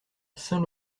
saint